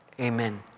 Amen